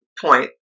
point